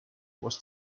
was